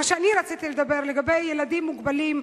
שאני רציתי לדבר לגבי ילדים מוגבלים.